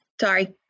Sorry